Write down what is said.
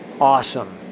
awesome